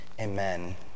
Amen